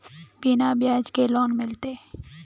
बिना ब्याज के लोन मिलते?